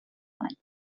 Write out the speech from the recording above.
sein